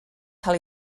cael